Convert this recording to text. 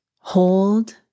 hold